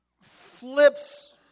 flips